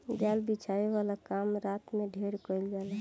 जाल बिछावे वाला काम रात में ढेर कईल जाला